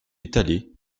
étalé